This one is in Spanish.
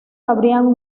habrían